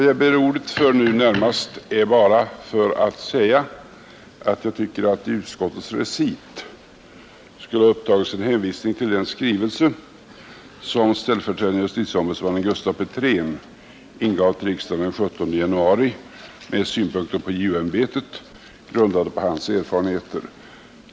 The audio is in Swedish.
Jag begärde närmast ordet för att säga att det i utskottets recit borde ha upptagits en hänvisning till den skrivelse som ställföreträdande justitieombudsmannen Gustaf Petrén ingav till riksdagen den 17 januari med synpunkter på JO-ämbetet, grundade på hans erfarenheter.